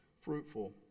fruitful